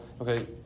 okay